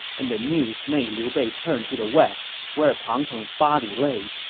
and the news made liu bei turn to the west, where pang tong's body laid,